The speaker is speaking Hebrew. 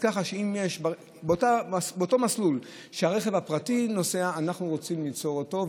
כך שבאותו מסלול שבו הרכב הפרטי נוסע אנחנו רוצים למצוא אותו,